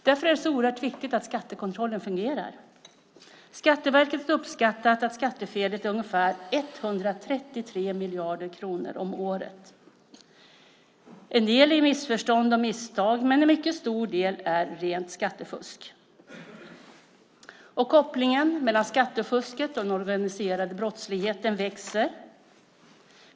Därför är det så oerhört viktigt att skattekontrollen fungerar. Skatteverket uppskattar att skattefelet är ungefär 133 miljarder kronor om året. En del är missförstånd och misstag, men en mycket stor del är rent skattefusk. Kopplingen mellan skattefusket och den organiserade brottsligheten växer.